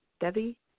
Debbie